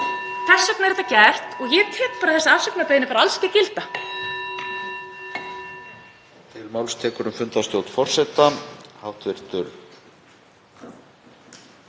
þess vegna er þetta gert og ég tek þessa afsökunarbeiðni bara alls ekki gilda.